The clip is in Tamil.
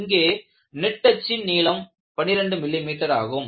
இங்கு நெட்டச்சு நீளம் 12 மில்லிமீட்டர் ஆகும்